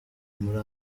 muri